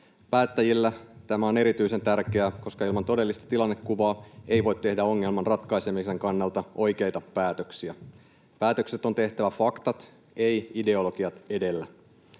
Päättäjille tämä on erityisen tärkeää, koska ilman todellista tilannekuvaa ei voi tehdä ongelman ratkaisemisen kannalta oikeita päätöksiä. Päätökset on tehtävä faktat, ei ideologiat, edellä.